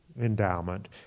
endowment